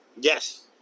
Yes